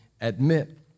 admit